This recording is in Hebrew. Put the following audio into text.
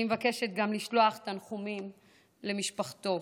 אני מבקשת לשלוח תנחומים גם למשפחתו.